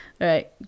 right